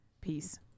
Peace